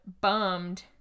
bummed